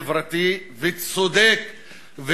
חברתי וצודק,